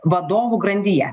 vadovų grandyje